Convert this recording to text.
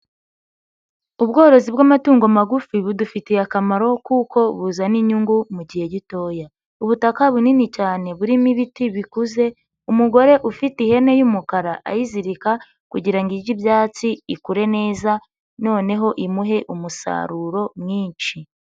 Ubworozi bw'amatungo magufi budufitiye akamaro kuko buzana inyungu mu gihe gitoya. Ubutaka bunini cyane burimo ibiti bikuze, umugore ufite ihene y'umukara ayizirika kugira ngo irye ibyatsi ikure neza noneho imuhe umusaruro mwinshi.